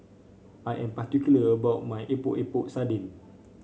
I am particular about my Epok Epok Sardin